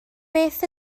beth